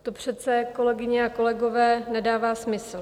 To přece, kolegyně, kolegové, nedává smysl.